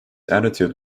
attitude